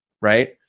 Right